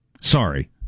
Sorry